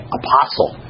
apostle